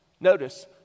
notice